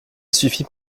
suffit